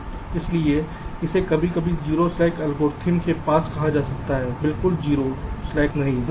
इसलिए इसे कभी कभी 0 स्लैक एल्गोरिथ्म के पास कहा जाता है बिल्कुल 0 स्लैक नहीं